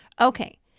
okay